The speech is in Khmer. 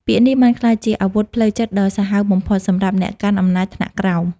ពាក្យនេះបានក្លាយជាអាវុធផ្លូវចិត្តដ៏សាហាវបំផុតសម្រាប់អ្នកកាន់អំណាចថ្នាក់ក្រោម។